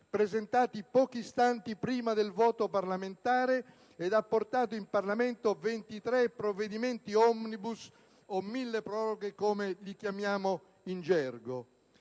presentati pochi istanti prima del voto parlamentare ed ha portato in Parlamento 23 provvedimenti *omnibus* o milleproroghe, come si chiamano in gergo.